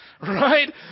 right